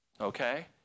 okay